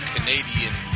Canadian